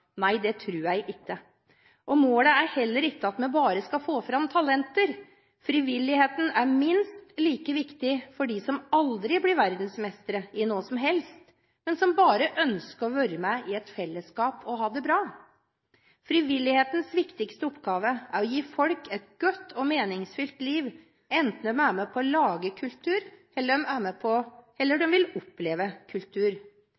Nei, det tror jeg ikke. Målet er heller ikke at vi bare skal få fram talenter. Frivilligheten er minst like viktig for dem som aldri blir verdensmestere i noe som helst, men som bare ønsker å være med i et fellesskap og ha det bra. Frivillighetens viktigste oppgave er å gi folk et godt og meningsfylt liv, enten de er med på å lage kultur, eller de vil oppleve kultur. Frivilligheten er